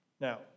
Now